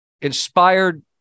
inspired